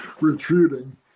retreating